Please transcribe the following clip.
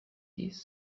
these